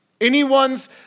anyone's